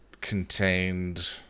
contained